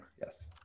Yes